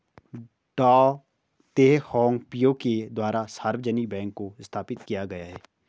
डॉ Teh Hong Piow के द्वारा सार्वजनिक बैंक को स्थापित किया गया है